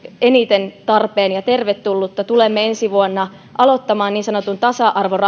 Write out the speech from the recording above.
eniten tarpeen ja tervetullutta tulemme ensi vuonna aloittamaan niin sanotun tasa arvorahoituksen